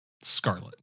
Scarlet